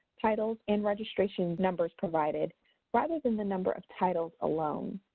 titles, and registration numbers provided rather than the number of titles alone.